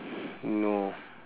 no